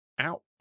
Ow